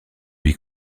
lui